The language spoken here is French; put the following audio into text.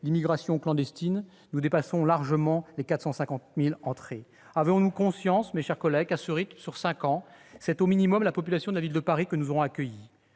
l'immigration clandestine, nous dépassons largement les 450 000 entrées. Avons-nous conscience que, à ce rythme, sur cinq ans, c'est au minimum la population de ville de Paris que nous aurons accueillie ?